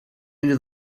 into